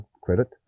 credit